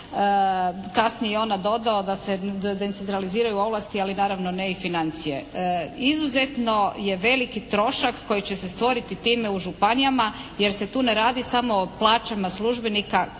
da im se …/Govornica se ne razumije./… ovlasti, ali naravno ne i financije. Izuzetno je veliki trošak koji će se stvoriti time u županijama jer se tu ne radi samo o plaćama službenika